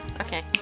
Okay